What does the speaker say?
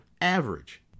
average